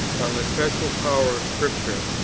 on the special power of scripture,